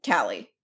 Callie